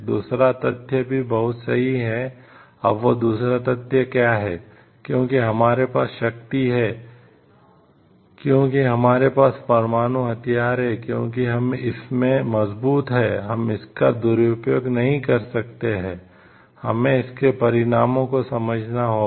दूसरा तथ्य भी बहुत सही है अब वह दूसरा तथ्य क्या है क्योंकि हमारे पास शक्ति है क्योंकि हमारे पास परमाणु हथियार हैं क्योंकि हम इसमें मजबूत हैं हम इसका दुरुपयोग नहीं कर सकते हैं हमें इसके परिणामों को समझना होगा